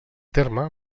terme